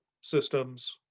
systems